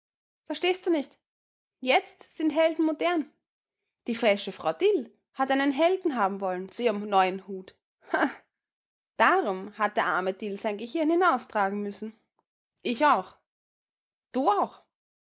verstehst du nicht jetzt sind helden modern die fesche frau dill hat einen helden haben wollen zu ihrem neuen hut hehe darum hat der arme dill sein gehirn hinaustragen müssen ich auch du auch